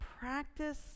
practice